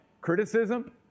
criticism